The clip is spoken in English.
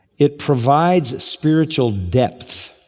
it provides spiritual depth